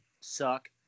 suck